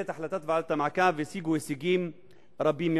החלטת ועדת המעקב השיגו הישגים רבים מאוד,